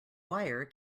wire